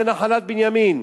זה נחלת בנימין.